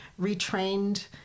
retrained